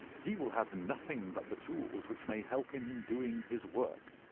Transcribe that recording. he will have nothing but the tools which may help him in doing his work,